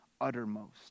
uttermost